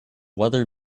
weather